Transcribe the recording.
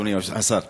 אדוני השר.